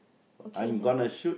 okay the